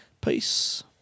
Peace